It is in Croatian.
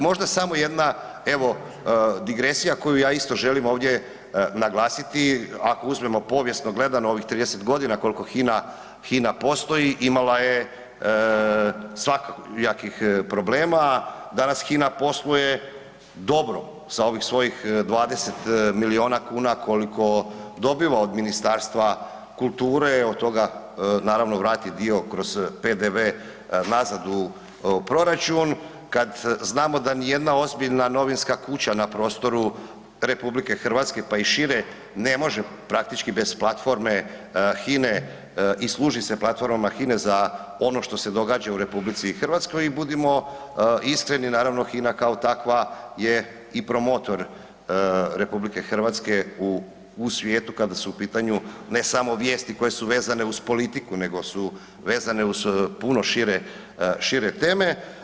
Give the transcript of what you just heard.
Možda samo jedna evo, digresija koju ja isto želim ovdje naglasiti, ako uzmemo povijesno gledano ovih 30 godina koliko HINA postoji, imala je svakojakih problema, danas HINA posluje dobro sa ovih svojih 20 milijuna kuna koliko dobiva od Ministarstvo kulture, od toga, naravno, vrati dio kroz PDV nazad u proračun, kad znamo da nijedna ozbiljna novinska kuća na prostoru RH, pa i šire ne može praktički bez platforme HINA-e i služi se platformama HINA-e za ono što se događa u RH i budimo iskreni, naravno, HINA kao takva je i promotor RH u svijetu, kada su u pitanju, ne samo vijesti koje su vezane uz politiku, nego su vezane uz puno šire teme.